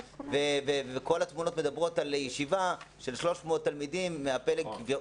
וכל התמונות מדברות על ישיבה של 300 תלמידים מהפלג הקיצוני,